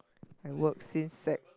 I work since sec